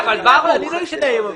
מה תעשה כשאין מנכ"לים?